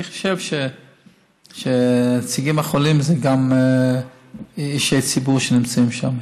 אני חושב שנציגי החולים הם גם אישי ציבור שנמצאים שם.